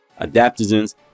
adaptogens